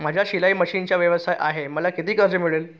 माझा शिलाई मशिनचा व्यवसाय आहे मला किती कर्ज मिळेल?